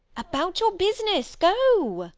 about your business goe.